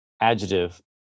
adjective